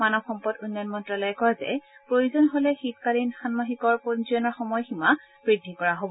মানৱ সম্পদ উন্নয়ন মন্তালয়ে কয় যে প্ৰয়োজন হলে শীতকালীন যান্মাষিকৰ পঞ্জীয়নৰ সময় সীমা বৃদ্ধি কৰা হব